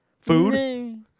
food